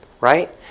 right